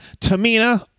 Tamina